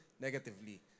Negatively